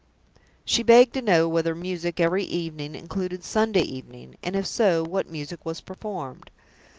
she begged to know whether music every evening included sunday evening and, if so, what music was performed?